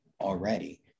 already